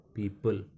people